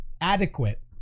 adequate